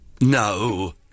No